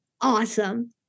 awesome